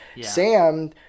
Sam